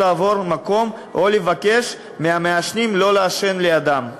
לעבור מקום או לבקש מהמעשנים שלא לעשן לידם.